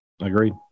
Agreed